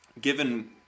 Given